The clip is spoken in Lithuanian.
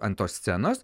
ant tos scenos